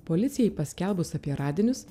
policijai paskelbus apie radinius